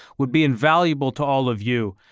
would be invaluable to all of you.